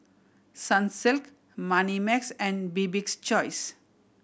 Sunsilk Moneymax and Bibik's Choice